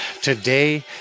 today